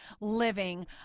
living